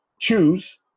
choose